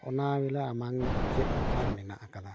ᱚᱱᱟᱜᱮ ᱵᱚᱞᱮ ᱟᱢᱟᱝ ᱪᱮᱫ ᱚᱯᱷᱨ ᱢᱮᱱᱟᱜ ᱟᱠᱟᱫᱟ